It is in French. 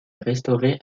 restaurées